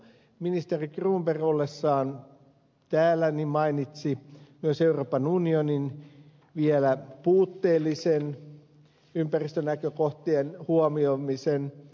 ministeri cronberg ollessaan täällä mainitsi myös euroopan unionin vielä puutteellisen ympäristönäkökohtien huomioimisen